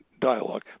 dialogue